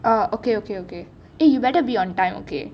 ah okay okay okay eh you better be on time okay